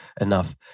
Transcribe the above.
enough